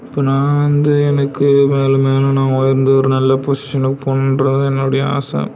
இப்போ நாம் வந்து எனக்கு மேலும் மேலும் நான் உயர்ந்து ஒரு நல்ல பொஷிஷனுக்கு போகணுன்றதுதான் என்னுடைய ஆசை